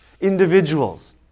individuals